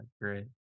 great